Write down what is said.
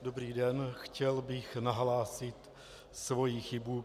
Dobrý den, chtěl bych nahlásit svoji chybu.